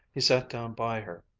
he sat down by her,